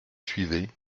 suivaient